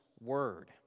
word